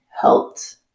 helped